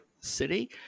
city